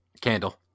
candle